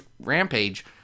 Rampage